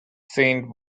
saint